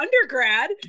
undergrad